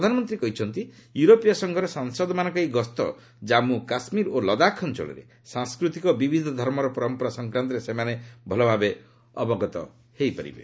ପ୍ରଧାନମନ୍ତ୍ରୀ କହିଛନ୍ତି ୟୁରୋପୀୟ ସଂଘର ସାଂସଦମାନଙ୍କ ଏହି ଗସ୍ତ ଜାମ୍ମୁ କାଶ୍ମର ଓ ଲଦାଖ ଅଞ୍ଚଳରେ ସାଂସ୍କୃତିକ ଓ ବିବିଧ ଧର୍ମର ପରମ୍ପରା ସଂକ୍ରାନ୍ତରେ ସେମାନେ ଭଲ ଭାବେ ଅବଗତ ହୋଇପାରିବେ